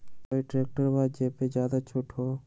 कोइ ट्रैक्टर बा जे पर ज्यादा छूट हो?